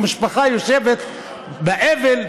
המשפחה יושבת באבל,